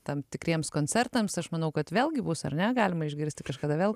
tam tikriems koncertams aš manau kad vėlgi bus ar ne galima išgirsti kažkada vėl